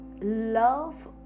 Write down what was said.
love